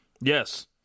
Yes